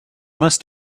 must